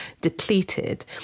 depleted